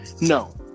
No